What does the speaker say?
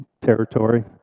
territory